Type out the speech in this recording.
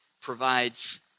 provides